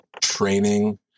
training